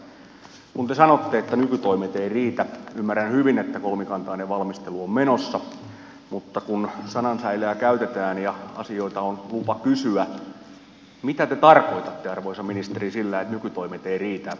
kun te sanotte että nykytoimet eivät riitä niin ymmärrän hyvin että kolmikantainen valmistelu on menossa mutta kun sanan säilää käytetään ja asioita on lupa kysyä niin mitä te tarkoitatte arvoisa ministeri sillä että nykytoimet eivät riitä